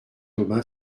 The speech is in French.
aubin